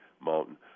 Mountain